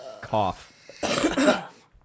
Cough